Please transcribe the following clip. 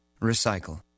Recycle